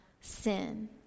sin